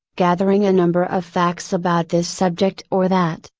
gathering a number of facts about this subject or that,